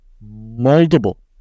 multiple